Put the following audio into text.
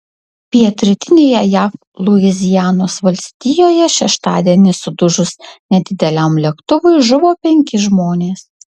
pietrytinėje jav luizianos valstijoje šeštadienį sudužus nedideliam lėktuvui žuvo penki žmonės